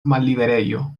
malliberejo